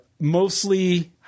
mostly